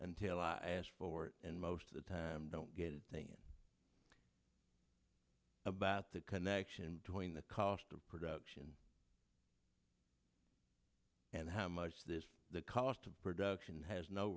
until i ask for it and most of the time don't get it about the connection between the cost of production and how much this the cost of production has no